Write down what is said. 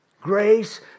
Grace